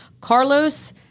Carlos